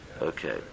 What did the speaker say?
Okay